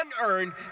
unearned